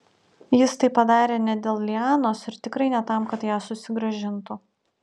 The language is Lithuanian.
jis tai padarė ne dėl lianos ir tikrai ne tam kad ją susigrąžintų